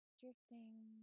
drifting